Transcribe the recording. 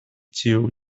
tiu